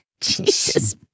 Jesus